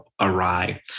awry